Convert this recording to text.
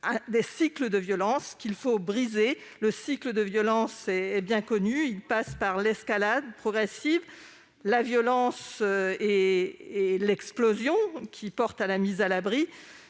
des cycles de violence qu'il faut briser et dont le déroulement est bien connu : il passe par l'escalade progressive, la violence et l'explosion, qui conduit à la mise à l'abri.